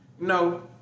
No